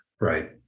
right